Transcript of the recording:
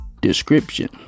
description